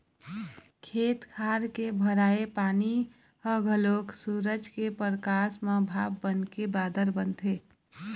खेत खार के भराए पानी ह घलोक सूरज के परकास म भाप बनके बादर बनथे